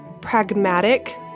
pragmatic